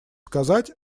сказать